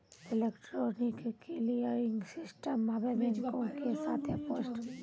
electronic clearing system आबे बैंको के साथे पोस्ट आफिसो मे भी इस्तेमाल होय छै